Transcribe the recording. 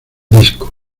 disco